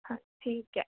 ਹਾਂ ਠੀਕ ਹੈ